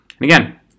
again